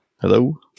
Hello